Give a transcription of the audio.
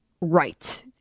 Right